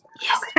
Yes